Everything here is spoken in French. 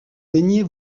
daignez